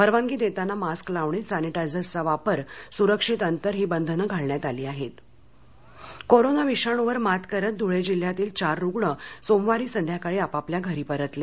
परवानगी देताना मास्क लावणे सॅनिटायझर्सचा वापर सुरक्षित अंतर ही बंधनं घालण्यात आली कोरोना विषाणूवर मात करीत धुळे जिल्ह्यातील चार रुग्ण सोमवारी सायंकाळी आपापल्या घरी परतले